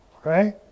Okay